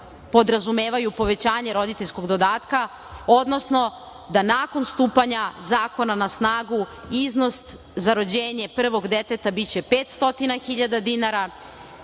podrazumevaju povećanje roditeljskog dodatka, odnosno da nakon stupanja zakona na snagu iznos za rođenje prvog deteta biće 500.000 dinara,